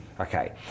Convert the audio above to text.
Okay